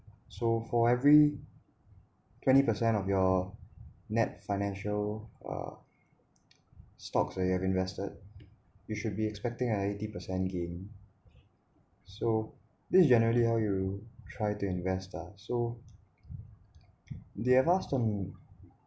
so for every twenty percent of your net financial uh stocks that you have invested you should be expecting a eighty percent gain so this generally how you try to invest ah so the on